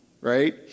right